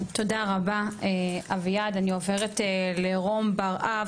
תודה רבה אביעד אני עוברת לרום בר-אב